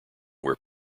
where